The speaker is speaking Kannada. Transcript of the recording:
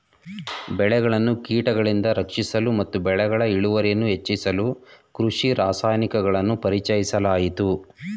ಬೆಳೆಗಳನ್ನು ಕೀಟಗಳಿಂದ ರಕ್ಷಿಸಲು ಮತ್ತು ಬೆಳೆಗಳ ಇಳುವರಿಯನ್ನು ಹೆಚ್ಚಿಸಲು ಕೃಷಿ ರಾಸಾಯನಿಕಗಳನ್ನು ಪರಿಚಯಿಸಲಾಯಿತು